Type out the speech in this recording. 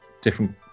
different